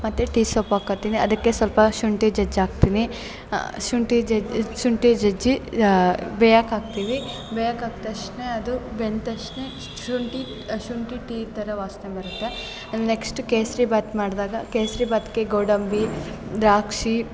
ಮತ್ತು ಟೀ ಸೊಪ್ಪು ಹಾಕ್ಕತ್ತೀನಿ ಅದಕ್ಕೆ ಸ್ವಲ್ಪ ಶುಂಠಿ ಜಜ್ಜಿ ಹಾಕ್ತೀನಿ ಶುಂಠಿ ಜಜ್ಜಿ ಶುಂಠಿ ಜಜ್ಜಿ ಬೇಯಕ್ಕೆ ಹಾಕ್ತೀವಿ ಬೇಯಕ್ಕೆ ಹಾಕ್ ತಕ್ಷ್ಣ ಅದು ಬೆಂದ್ ತಕ್ಷ್ಣ ಶುಂಠಿ ಶುಂಠಿ ಟೀ ಥರ ವಾಸನೆ ಬರುತ್ತೆ ನೆಕ್ಸ್ಟು ಕೇಸರಿ ಬಾತ್ ಮಾಡಿದಾಗ ಕೇಸರಿ ಬಾತಿಗೆ ಗೋಡಂಬಿ ದ್ರಾಕ್ಷಿ